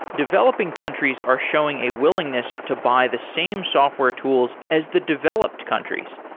developing countries are showing a willingness to buy the same software tools as the developed countries,